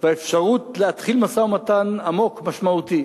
והאפשרות להתחיל משא-ומתן עמוק, משמעותי,